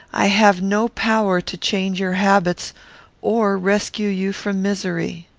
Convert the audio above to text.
i have no power to change your habits or rescue you from misery.